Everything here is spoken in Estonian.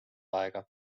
aega